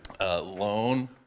loan